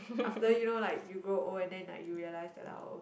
after you know like you grow old and then you realise that like oh